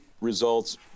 results